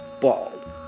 bald